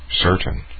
certain